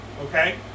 okay